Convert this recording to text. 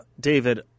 David